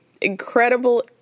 incredible